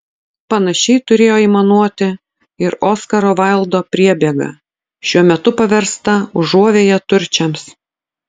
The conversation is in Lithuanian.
panašiai turėjo aimanuoti ir oskaro vaildo priebėga šiuo metu paversta užuovėja turčiams